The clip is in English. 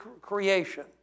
creation